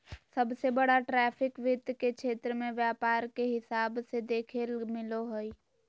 सबसे बड़ा ट्रैफिक वित्त के क्षेत्र मे व्यापार के हिसाब से देखेल मिलो हय